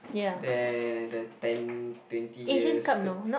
then the ten twenty years to